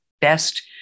best